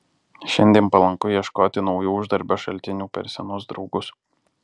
šiandien palanku ieškoti naujų uždarbio šaltinių per senus draugus